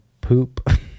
poop